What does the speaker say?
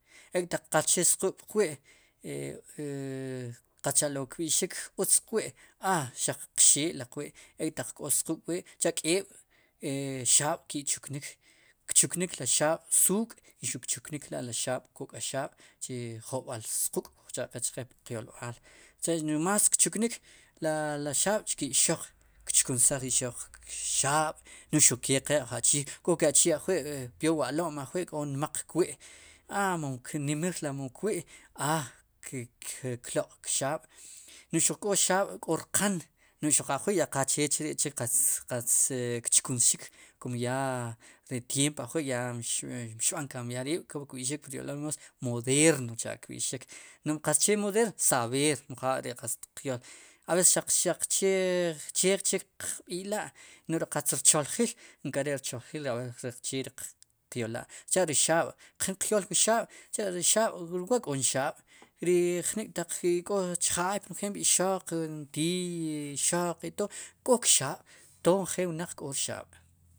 Ek' taq qaqchee squk' puq wi' qatz cha'lo' wu kb'i'xik qatz e lo wu kb'i'xik utz qwi' a xaq qxee li qwi' ek'taq k'o squk'puq wi' k'eeb'xaab' ki'chuknik kchuknik li xaab' suuk' i xuq kchuknik la' li xaab'kok'axaab' chu jo'bál squk' kuj cha'qe che'puq yolb'al no'j más kchuknik la xaab' chki ixoq kchkunsaj ixoq no'j xaab' no'j xuke qe wu uj achii k'o ke achii ajwi' peor wu alom ajwi' k'o nmaq kwi' a mom knimrik la om kwi' a kloq' kxaab' no'j xuq k'o xaab' k'o rqn noj xuq ajwi' qaqchechri chik qatz kchkunxik kum yaa ri tiempo ajwi' ya mxb'an kamb'iar riib' kb'ixik pur yolb'al moos modercha' cha'kb'i'xik no'j qatz che moderrno sab'er mja'ri qatz tiq yool haber xaxaq chechik qb'i'la' no'j ri qatz rcholjil nkare' rcholjil ri che riq yolla' sicha'ri xaab' jin qyol ri xaab' ri wa' k'o nxaab' ri jnik'ri ik'o chjaay por ejemplo ixoq ntii ixoq i todo k'o kxaab' tood njel wnaq k'o rxaab'.